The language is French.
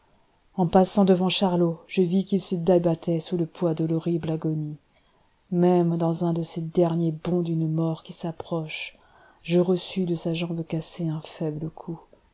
en passant devant charlot je vis qu'il se débattait sous le poids de l'horrible agonie même dans un de ces derniers bonds d'une mort qui s'approche je reçus de sa jambe cassée un faible coup